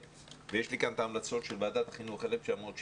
ויש לי כאן את ההמלצות של וועדת חינוך 2016,